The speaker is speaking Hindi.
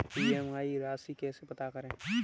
ई.एम.आई राशि कैसे पता करें?